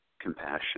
compassion